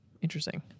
Interesting